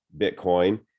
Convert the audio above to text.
bitcoin